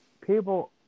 People